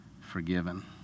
forgiven